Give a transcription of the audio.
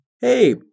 hey